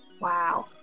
Wow